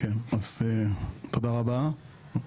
תודה רבה.